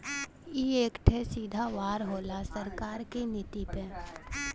ई एक ठे सीधा वार होला सरकार की नीति पे